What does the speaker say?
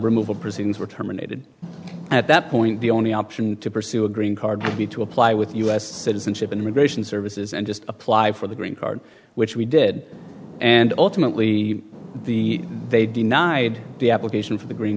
removal proceedings were terminated at that point the only option to pursue a green card would be to apply with us citizenship and immigration services and just apply for the green card which we did and ultimately the they denied the application for the green